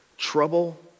Trouble